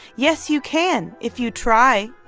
yes, you can, if you try,